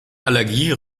allergie